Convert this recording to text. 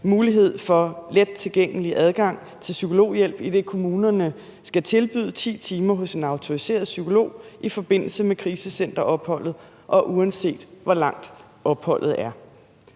mulighed for let tilgængelig adgang til psykologhjælp, idet kommunerne skal tilbyde 10 timer hos en autoriseret psykolog i forbindelse med krisecenteropholdet, og uanset hvor langt opholdet er.